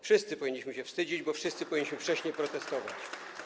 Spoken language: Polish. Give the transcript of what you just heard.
Wszyscy powinniśmy się wstydzić, bo wszyscy powinniśmy wcześniej protestować.